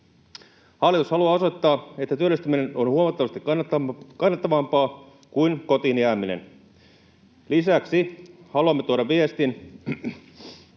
Hallitus haluaa osoittaa, että työllistyminen on huomattavasti kannattavampaa kuin kotiin jääminen. Lisäksi haluamme tuoda viestin,